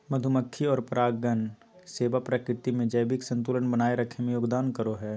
मधुमक्खी और परागण सेवा प्रकृति में जैविक संतुलन बनाए रखे में योगदान करो हइ